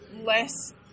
less